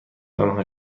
آنها